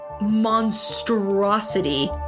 monstrosity